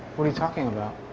what're you talking about?